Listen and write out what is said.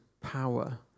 power